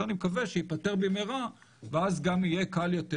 שאני מקווה שייפתר במהרה ואז גם יהיה קל יותר